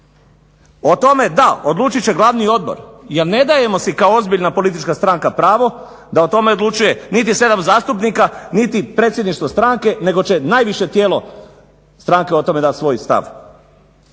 O tome da, odlučit će Glavni odbor jer ne dajemo si kao ozbiljna politička stranka pravo da o tome odlučuje niti 7 zastupnika, niti predsjedništvo stranke, nego će najviše tijelo stranke dati o tome stav.